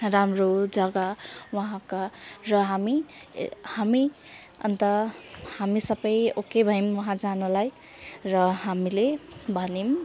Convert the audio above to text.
राम्रो जग्गा वहाँका र हामी हामी अन्त हामी सबै ओके भयौँ वहाँ जानलाई र हामीले भन्यौँ